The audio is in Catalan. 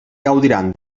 gaudiran